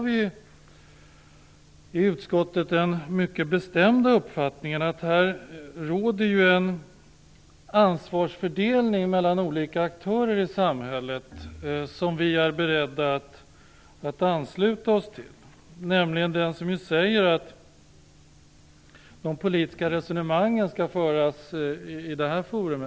I utskottet har vi den mycket bestämda uppfattningen att det finns en ansvarsfördelning mellan olika aktörer i samhället, en ansvarsfördelning som vi är beredda att ansluta oss till. Den säger att de politiska resonemangen skall föras i detta forum.